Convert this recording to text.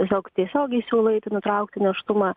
tiesiog tiesiogiai siūlo eiti nutraukti nėštumą